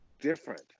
different